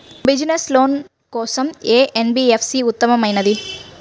Business loan కోసం ఏ NBFC ఉత్తమమైనది?